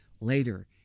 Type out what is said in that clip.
Later